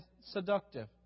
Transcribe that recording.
seductive